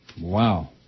Wow